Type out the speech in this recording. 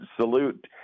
salute